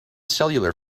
cellular